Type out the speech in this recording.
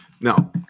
now